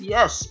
Yes